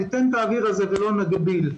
ניתן את האוויר הזה ולא נגביל.